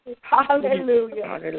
Hallelujah